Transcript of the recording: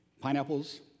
Pineapples